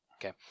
Okay